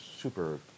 super